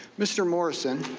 mr. morrison,